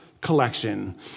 collection